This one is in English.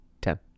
Ten